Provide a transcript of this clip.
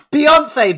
Beyonce